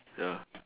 ya